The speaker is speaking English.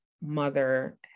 mother